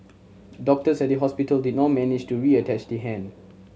doctors at the hospital did not manage to reattach the hand